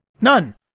None